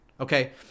Okay